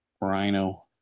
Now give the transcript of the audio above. Rhino